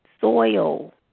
soil